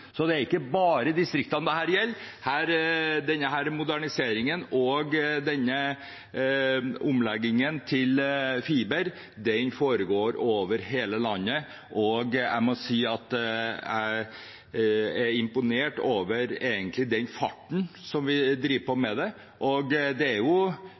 Så det er ikke bare distriktene dette gjelder. Moderniseringen og omleggingen til fiber foregår over hele landet. Jeg må si at jeg egentlig er imponert over den farten som dette drives med, og hvis man har tenkt å få faset ut kobbernettet innen utgangen av 2022, ser jeg det